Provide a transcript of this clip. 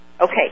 Okay